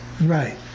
Right